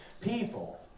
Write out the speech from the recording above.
people